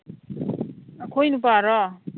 ꯑꯩꯈꯣꯏ ꯅꯨꯄꯥꯔꯣ